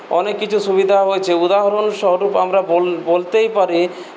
অনেক কিছু সুবিধাও হয়েছে উদাহরণস্বরূপ আমরা বোল বলতেই পারি